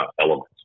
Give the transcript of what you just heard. elements